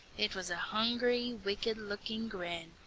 it was a hungry, wicked-looking grin,